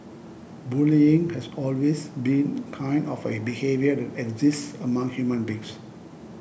bullying has always been kind of a behaviour that exists among human beings